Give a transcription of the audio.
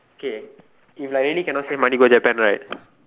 K if like really cannot save money go Japan right